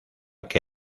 que